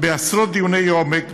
בעשרות דיוני עומק,